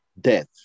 death